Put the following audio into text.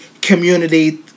community